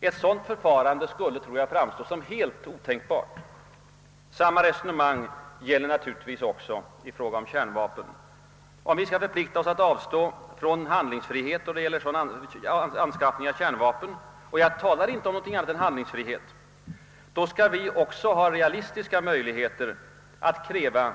Ett sådant förfarande skulle, tror jag, framstå som helt otänkbart. Samma resonemang gäller naturligtvis också i fråga om kärnvapen. Om vi skall förplikta oss att avstå från hand lingsfrihet då det gäller anskaffning av kärnvapen — och jag talar inte om något annat än handlingsfrihet — då skall vi också ha realistiska möjligheter att kräva